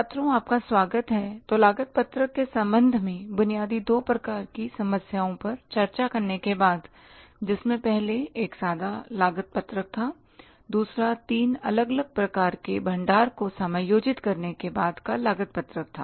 छात्रों आपका स्वागत है तो लागत पत्रक के संबंध में बुनियादी दो प्रकार की समस्याओं पर चर्चा करने के बाद जिसमें पहले एक सादा लागत पत्रक था दूसरा तीन अलग अलग प्रकार के भंडार को समायोजित करने के बाद का लागत पत्रक था